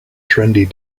trendy